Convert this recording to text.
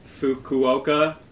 Fukuoka